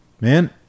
Man